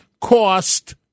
cost